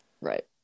right